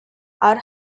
are